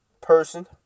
person